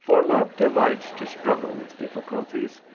for love delights to struggle with difficulties,